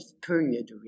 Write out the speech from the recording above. period